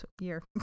year